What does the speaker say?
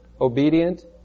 obedient